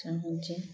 ଚାହୁଁଛି